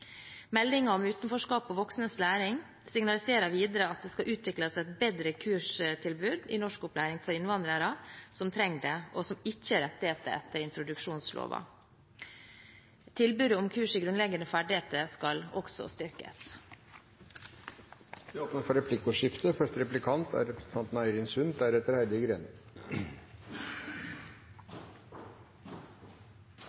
om utenforskap og voksnes læring signaliserer videre at det skal utvikles et bedre kurstilbud i norskopplæring for innvandrere som trenger det, og som ikke har rettigheter etter introduksjonsloven. Tilbudet om kurs i grunnleggende ferdigheter skal også styrkes. Det blir replikkordskifte. Jeg synes det er